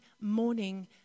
morning